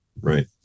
right